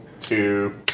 two